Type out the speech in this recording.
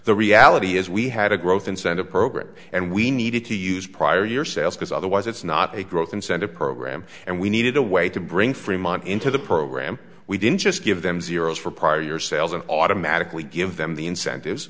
the reality is we had a growth incentive program and we needed to use prior year sales because otherwise it's not a growth incentive program and we needed a way to bring fremont into the program we didn't just give them zeroes for prior year sales and automatically give them the incentives